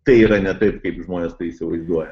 tai yra ne taip kaip žmonės tai įsivaizduoja